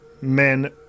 men